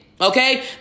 Okay